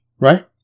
right